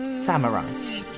Samurai